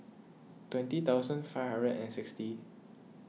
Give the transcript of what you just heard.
twenty thousand five hundred and sixty